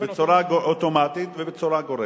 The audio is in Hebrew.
בצורה אוטומטית ובצורה גורפת.